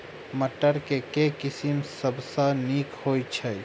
मटर केँ के किसिम सबसँ नीक होइ छै?